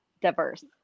diverse